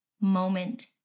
moment